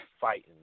fighting